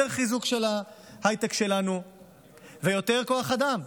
יותר חיזוק של ההייטק שלנו ויותר כוח אדם.